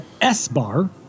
S-Bar